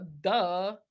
duh